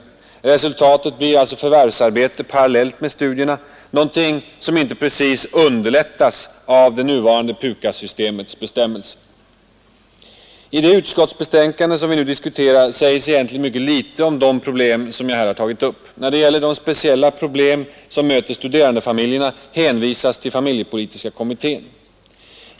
Konsekvenserna blir förvärvsarbete parallellt med studierna, någonting som inte precis underlättas av det nuvarande PUKAS-systemets bestämmelser. I det utskottsbetänkande som vi nu diskuterar sägs egentligen mycket litet om de problem som jag här har tagit upp. När det gäller de speciella problem som möter studerandefamiljerna hänvisas till familjepolitiska kommittén.